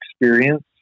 experience